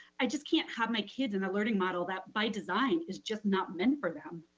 i just can't have my kids in the learning model that by design is just not meant for them.